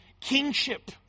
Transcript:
kingship